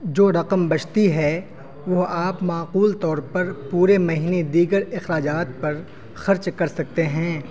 جو رقم بچتی ہے وہ آپ معقول طور پر پورے مہینے دیگر اخراجات پر خرچ کر سکتے ہیں